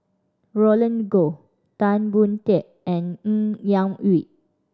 Roland Goh Tan Boon Teik and Ng Yak Whee